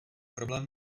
problém